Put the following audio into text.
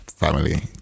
family